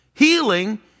healing